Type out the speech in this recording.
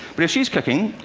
but if she's cooking,